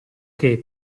che